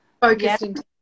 Focusing